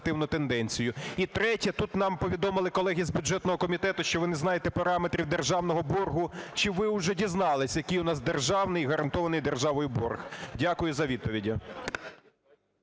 І третє. Тут нам повідомили колеги з бюджетного комітету, що ви не знаєте параметрів державного боргу. Чи ви вже дізналися, який у нас державний, гарантований державою, борг? Дякую за відповіді.